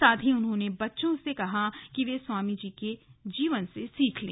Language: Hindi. साथ ही उन्होंने बच्चों से कहा कि वे रूवामी के जीवन से सीख लें